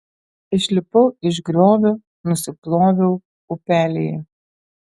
išlipau iš griovio nusiploviau upelyje